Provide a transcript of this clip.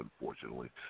unfortunately